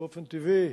באופן טבעי.